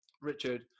Richard